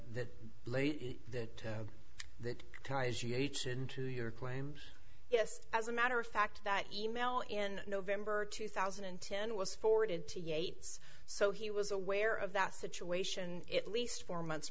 that late that that ties yates into your claim yes as a matter of fact that e mail in november two thousand and ten was forwarded to yates so he was aware of that situation at least four months